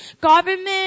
government